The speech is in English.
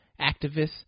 Activists